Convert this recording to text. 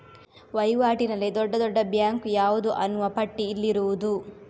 ವೈವಾಟಿನಲ್ಲಿ ದೊಡ್ಡ ದೊಡ್ಡ ಬ್ಯಾಂಕು ಯಾವುದು ಅನ್ನುವ ಪಟ್ಟಿ ಇಲ್ಲಿರುವುದು